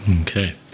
Okay